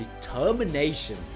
determination